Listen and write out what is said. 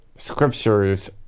scriptures